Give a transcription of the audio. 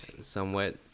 somewhat